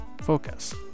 focus